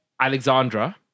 Alexandra